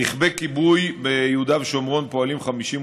רכבי כיבוי, ביהודה ושומרון פועלים 58